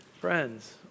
Friends